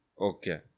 Okay